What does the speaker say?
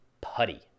Putty